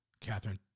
Catherine